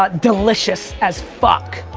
but delicious as fuck.